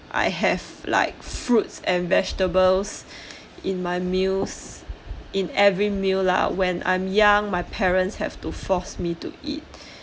I have like fruits and vegetables in my meals in every meal lah when I'm young my parents have to force me to eat